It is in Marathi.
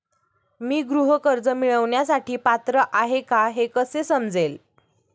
मी गृह कर्ज मिळवण्यासाठी पात्र आहे का हे कसे समजेल?